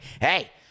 hey